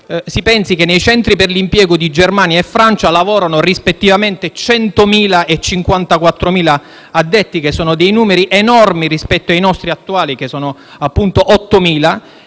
si pensi che nei centri per l'impiego di Germania e Francia lavorano rispettivamente 100.000 e 54.000 addetti: sono numeri enormi rispetto ai nostri attuali (8.000).